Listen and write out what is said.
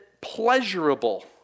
pleasurable